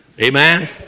Amen